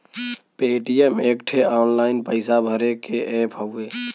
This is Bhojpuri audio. पेटीएम एक ठे ऑनलाइन पइसा भरे के ऐप हउवे